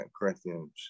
Corinthians